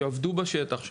שעבדו בשטח,